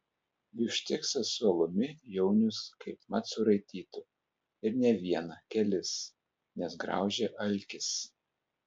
bifšteksą su alumi jaunius kaip mat suraitytų ir ne vieną kelis nes graužia alkis